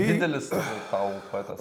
didelis tau poetas